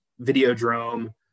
Videodrome